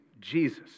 Jesus